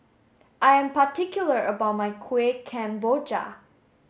I am particular about my Kueh Kemboja